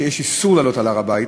שיש איסור לעלות על הר-הבית,